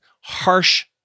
harsh